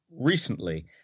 recently